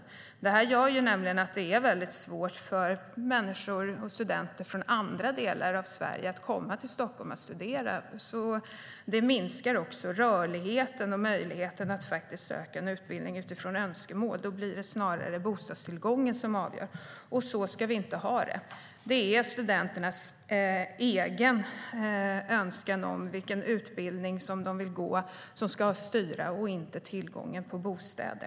Studentbostadsbristen gör att det är väldigt svårt för studenter från andra delar av Sverige att studera i Stockholm. Det minskar också rörligheten och möjligheten att söka en utbildning utifrån önskemål. Då blir det snarare bostadstillgången som avgör, och så ska vi inte ha det. Det är studenternas egen önskan om vilken utbildning som de vill gå som ska styra och inte tillgången på bostäder.